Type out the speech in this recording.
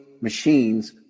machines